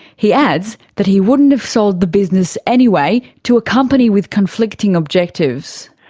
he adds that he wouldn't have sold the business anyway to a company with conflicting objectives.